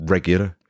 Regular